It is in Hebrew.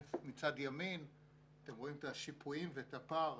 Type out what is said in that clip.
בשקף מצד ימין את השיפועים ואת הפער,